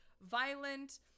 violent